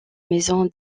maison